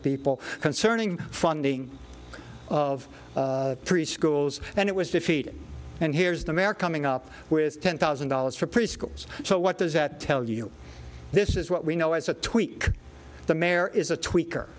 people concerning funding of preschools and it was defeated and here's the mare coming up with ten thousand dollars for preschools so what does that tell you this is what we know as a tweak the mayor is a tweaker he